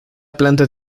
planta